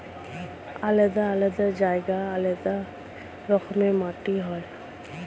আলাদা আলাদা জায়গায় আলাদা রকমের মাটি হয়